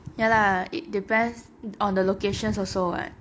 ya lah it depends on the location also [what]